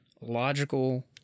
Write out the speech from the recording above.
logical